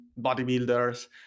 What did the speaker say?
bodybuilders